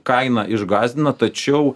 kaina išgąsdina tačiau